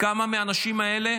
כמה מהאנשים האלה